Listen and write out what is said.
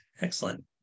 excellent